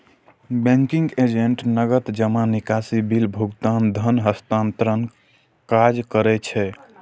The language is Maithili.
बैंकिंग एजेंट नकद जमा, निकासी, बिल भुगतान, धन हस्तांतरणक काज करै छै